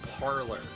parlor